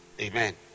Amen